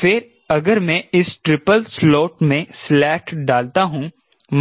फिर अगर मैं इस ट्रिपल स्लॉट में स्लेट डालता हूं